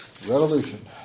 Revolution